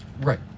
right